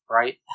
right